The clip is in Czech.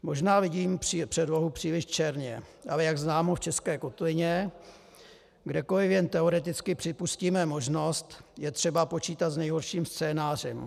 Možná vidím předlohu příliš černě, ale jak známo, v české kotlině kdekoliv jen teoreticky připustíme možnost, je třeba počítat s nejhorším scénářem.